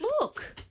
Look